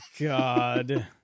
God